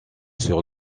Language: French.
sur